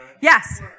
Yes